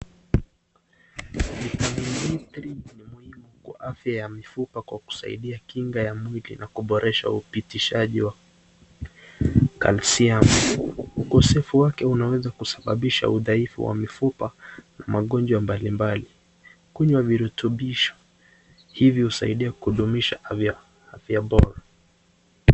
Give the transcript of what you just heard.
Vitamini D3 ni muhimu kwa afya ya mifupa kwa kusaidia kinga ya mwili na kuboresha upitishaji wa kalisiamu. Ukosefu wake unaweza kusababisha udhaifu wa mifupa na magonjwa mbalimbali. Kunywa virutubisho hivyo husaidia kudumisha afya bora.